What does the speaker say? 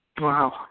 Wow